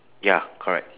ya correct